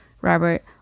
Robert